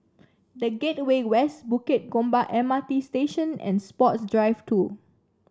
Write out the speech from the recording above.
The Gateway West Bukit Gombak M R T Station and Sports Drive Two